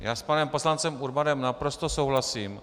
Já s panem poslancem Urbanem naprosto souhlasím.